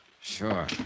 Sure